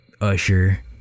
Usher